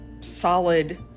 solid